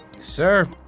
Sir